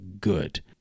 good